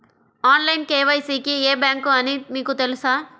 Online KYC కి ఏ bank అని మీకు తెలుసా?